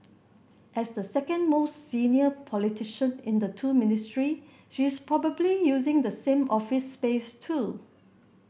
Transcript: as the second most senior politician in the two Ministry she is probably using the same office space too